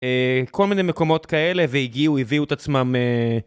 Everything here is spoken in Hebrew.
אה... כל מיני מקומות כאלה והגיעו, הביאו את עצמם אה...